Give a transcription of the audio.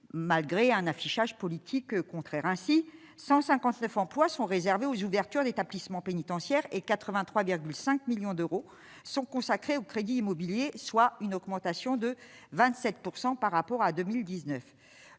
malgré un affichage politique contraire ainsi 159 emplois sont réservés aux ouvertures d'établissements pénitentiaires et 83,5 millions d'euros sont consacrés aux crédits immobiliers, soit une augmentation de 27 pourcent par rapport à 2019,